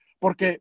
Porque